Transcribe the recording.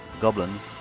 goblins